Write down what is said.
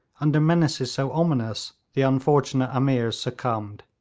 under menaces so ominous the unfortunate ameers succumbed.